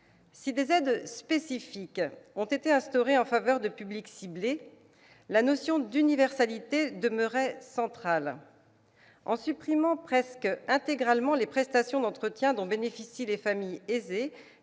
Si des aides spécifiques ont été instaurées en faveur de publics ciblés, la notion d'universalité demeurait centrale. En supprimant presque intégralement les prestations d'entretien dont bénéficient les familles aisées